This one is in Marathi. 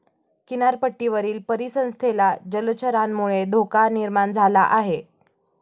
किनारपट्टीवरील परिसंस्थेला जलचरांमुळे धोका निर्माण झाला आहे